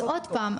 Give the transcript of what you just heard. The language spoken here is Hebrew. אז עוד פעם,